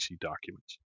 documents